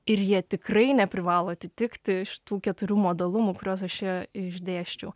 ir jie tikrai neprivalo atitikti šitų keturių modalumų kuriuos aš čia išdėsčiau